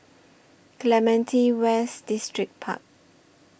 Clementi West Distripark